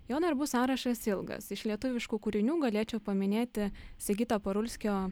jo darbų sąrašas ilgas iš lietuviškų kūrinių galėčiau paminėti sigito parulskio